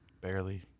Barely